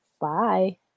Bye